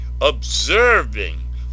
observing